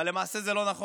אבל למעשה זה לא נכון.